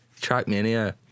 Trackmania